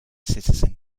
citizen